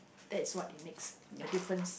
that's what it makes a difference